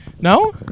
No